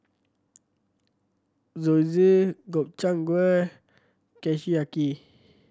Zosui Gobchang Gui Kushiyaki